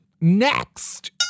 Next